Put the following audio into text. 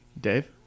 Dave